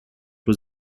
was